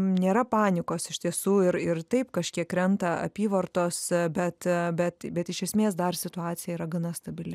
nėra panikos iš tiesų ir ir taip kažkiek krenta apyvartos bet bet bet iš esmės dar situacija yra gana stabili